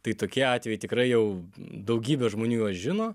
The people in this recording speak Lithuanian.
tai tokie atvejai tikrai jau daugybė žmonių juos žino